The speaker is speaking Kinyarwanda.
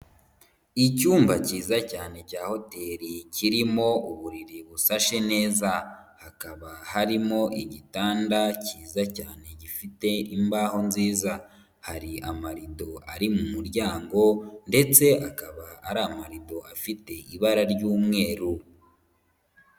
Icyumba cyiza cyane cya hoteri kirimo uburiri busashe neza, hakaba harimo igitanda cyiza cyane gifite imbaho nziza, hari amarido ari mu muryango ndetse akaba ari amarido afite ibara ry'umweru.